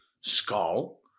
skull